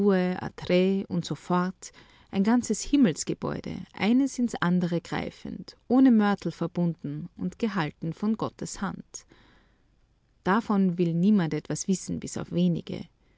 und so fort ein ganzes himmelsgebäude eines ins andere greifend ohne mörtel verbunden und gehalten von gottes hand davon will niemand etwas wissen bis auf wenige